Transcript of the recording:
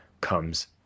comes